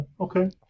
Okay